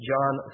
John